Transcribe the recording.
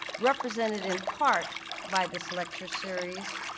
represented in part by this lecture series,